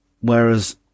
whereas